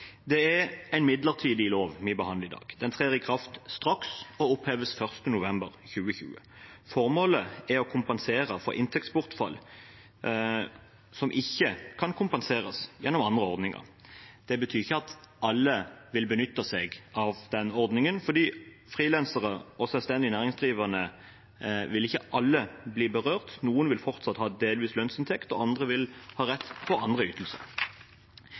Det er en midlertidig lov vi behandler i dag. Den trer i kraft straks og oppheves 1. november 2020. Formålet er å kompensere for inntektsbortfall som ikke kan kompenseres gjennom andre ordninger. Det betyr ikke at alle vil benytte seg av den ordningen, for ikke alle frilansere og selvstendig næringsdrivende vil bli berørt. Noen vil fortsatt ha delvis lønnsinntekt, og andre vil ha rett på andre ytelser.